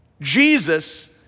Jesus